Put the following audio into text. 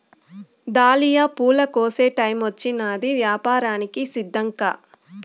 dahlia పూల కోసే టైమొచ్చినాది, యాపారానికి సిద్ధంకా